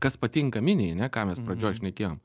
kas patinka miniai ane ką mes pradžioj šnekėjom